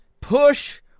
push